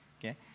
Okay